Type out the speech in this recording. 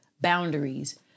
boundaries